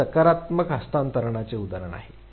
हे सकारात्मक हस्तांतरणाचे उदाहरण आहे